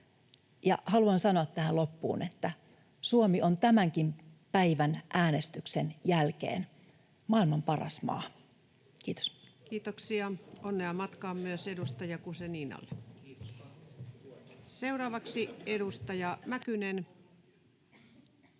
Haluan sanoa tähän loppuun, että Suomi on tämän päivän äänestyksenkin jälkeen maailman paras maa. — Kiitos. Kiitoksia. Onnea matkaan myös edustaja Guzeninalle. — Seuraavaksi edustaja Mäkynen.